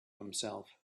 himself